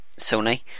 Sony